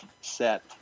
set